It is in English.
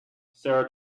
sarah